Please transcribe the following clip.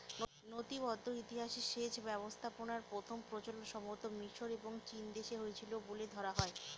নথিবদ্ধ ইতিহাসে সেচ ব্যবস্থাপনার প্রথম প্রচলন সম্ভবতঃ মিশর এবং চীনদেশে হয়েছিল বলে ধরা হয়